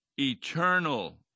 eternal